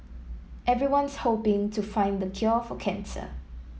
everyone's hoping to find the cure for cancer